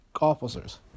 officers